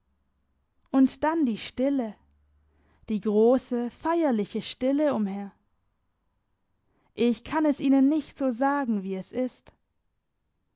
und dann die stille die grosse feierliche stille umher ich kann es ihnen nicht so sagen wie es ist